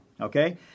okay